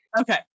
okay